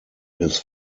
his